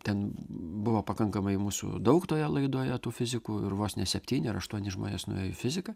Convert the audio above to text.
ten buvo pakankamai mūsų daug toje laidoje tų fizikų ir vos ne septyni ar aštuoni žmonės nuėjo į fiziką